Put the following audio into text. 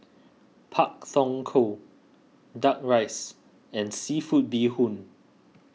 Pak Thong Ko Duck Rice and Seafood Bee Hoon